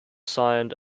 signed